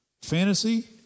fantasy